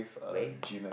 wave